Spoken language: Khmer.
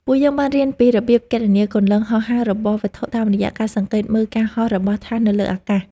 ពួកយើងបានរៀនពីរបៀបគណនាគន្លងហោះហើររបស់វត្ថុតាមរយៈការសង្កេតមើលការហោះរបស់ថាសនៅលើអាកាស។